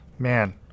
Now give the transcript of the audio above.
Man